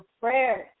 prayers